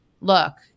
look